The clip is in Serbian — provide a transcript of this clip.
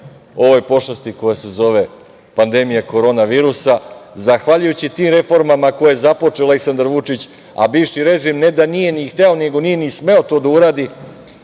ovoj pošasti koja se zove pandemija korona virusa. Zahvaljujući tim reformama, koje je započeo Aleksandar Vučić, a bivši režim ne da nije ni hteo, nego nije ni smeo to da uradi,